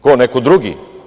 Ko, neko drugi?